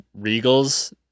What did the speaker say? Regals